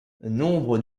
nombre